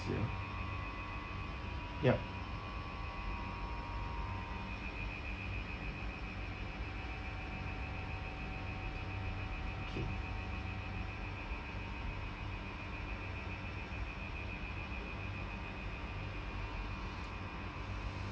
ya yup K